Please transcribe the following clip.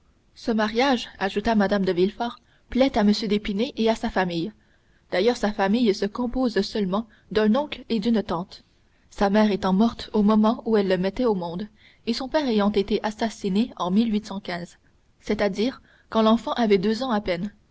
ce mariage ajouta mme de villefort plaît à m d'épinay et à sa famille d'ailleurs sa famille se compose seulement d'un oncle et d'une tante sa mère étant morte au moment où elle le mettait au monde et son père ayant été assassiné en c'est-à-dire quand l'enfant avait deux ans à peine